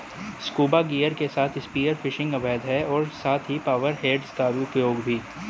scuba gear के साथ spear fishing अवैध है और साथ ही पावर हेड्स का उपयोग भी